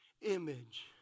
image